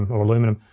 or aluminum.